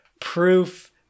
proof